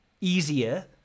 easier